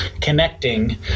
connecting